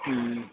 ꯎꯝ